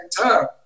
time